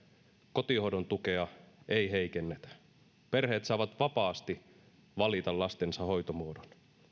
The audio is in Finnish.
kotihoidon tukea ei heikennetä perheet saavat vapaasti valita lastensa hoitomuodon